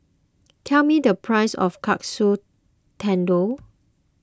tell me the price of Katsu Tendon